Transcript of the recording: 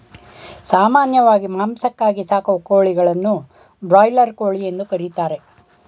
ಸಾಮಾನ್ಯವಾಗಿ ಮಾಂಸಕ್ಕಾಗಿ ಸಾಕುವ ಕೋಳಿಗಳನ್ನು ಬ್ರಾಯ್ಲರ್ ಕೋಳಿ ಎಂದು ಕರಿತಾರೆ